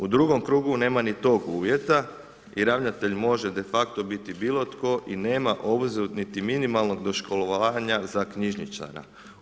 U drugom krugu nema ni tog uvjeta i ravnatelj može de facto biti bilo tko i nema obzir niti minimalnog doškolovanja za knjižničara.